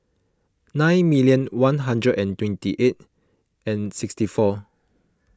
nine million one hundred and twenty eight and sixty four